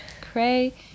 Cray